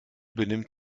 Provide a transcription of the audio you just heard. benimmt